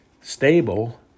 stable